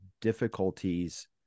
difficulties